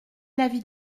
l’avis